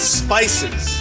spices